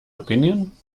opinion